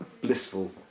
blissful